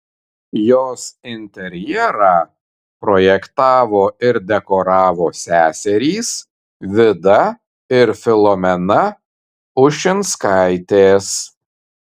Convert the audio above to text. jos interjerą projektavo ir dekoravo seserys vida ir filomena ušinskaitės